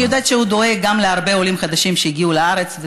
אני יודעת שהוא דואג גם להרבה עולים חדשים שהגיעו לארץ,